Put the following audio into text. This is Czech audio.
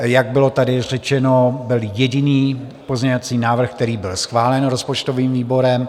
Jak bylo tady řečeno, byl jediný pozměňovací návrh, který bych schválen rozpočtovým výborem.